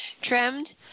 trimmed